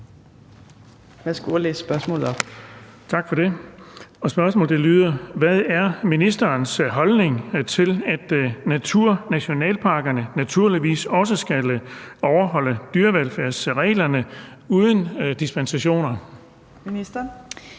Hvad er ministerens holdning til, at naturnationalparkerne naturligvis også skal overholde dyrevelfærdsreglerne uden dispensationer?